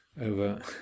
over